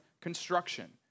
construction